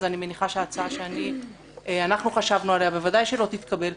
אז אני מניחה שההצעה שאנחנו חשבנו עליה בוודאי לא תתקבל.